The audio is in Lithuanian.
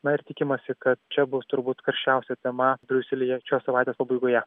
na ir tikimasi kad čia bus turbūt karščiausia tema briuselyje šios savaitės pabaigoje